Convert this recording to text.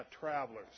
travelers